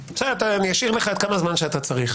אני אשאיר לך כמה זמן שאתה צריך.